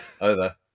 Over